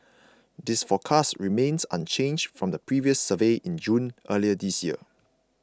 this forecast remains unchanged from the previous survey in June earlier this year